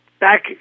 back